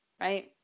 Right